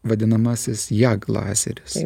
vadinamasis ją glazeris